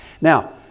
Now